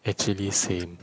actually same